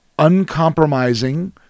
uncompromising